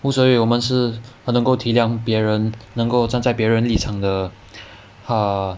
无所谓我们是很能够体谅别人能够站在别人立场的